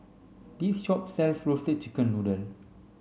this shop sells roasted chicken noodle